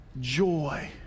joy